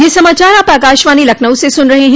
ब्रे क यह समाचार आप आकाशवाणी लखनऊ से सुन रहे हैं